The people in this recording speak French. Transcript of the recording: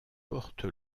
porte